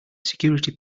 security